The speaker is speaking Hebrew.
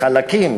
חלקים